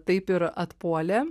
taip ir atpuolė